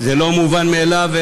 וזה לא מובן מאליו,